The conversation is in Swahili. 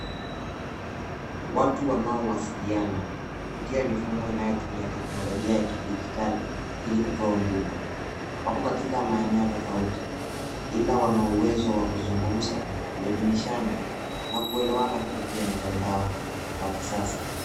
Watu wanaowasiliana kupitia mifumo inayotumia teknolojia ya kidijitali ili kutoa huduma. Wako katika maeneo tofauti ila wana uwezo wa kuzungumza, kuelimishana na kuelewana kupitia mtandao wa kisasa.